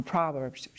Proverbs